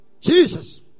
Jesus